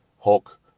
hulk